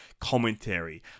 commentary